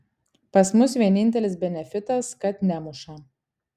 pas mus vienintelis benefitas kad nemuša